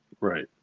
Right